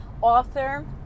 author